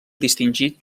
distingit